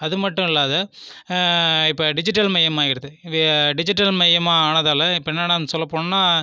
அதுமட்டும் இல்லாது இப்போ டிஜிட்டல் மயமாகிறது டிஜிட்டல் மயமானதாலே இப்போ என்னென்னா சொல்லப்போனோனால்